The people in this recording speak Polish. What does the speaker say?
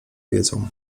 wiedzą